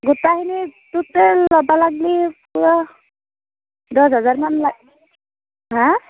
গোটাইখিনিত total ধৰবা লাগলি পূৰা দহ হাজাৰ মান হাঁ